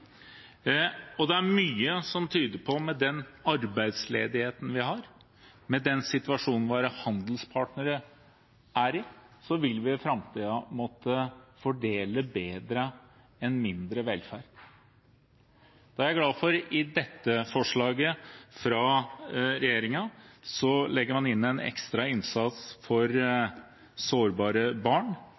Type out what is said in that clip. Det er mye som tyder på at med den arbeidsledigheten vi har, og med den situasjonen våre handelspartnere er i, så vil vi i framtiden måtte fordele bedre en mindre velferd. Så er jeg glad for at man i dette forslaget fra regjeringen legger inn en ekstra innsats for sårbare barn,